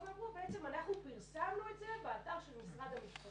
ואמרו: בעצם אנחנו פרסמנו את זה באתר של משרד המשפטים,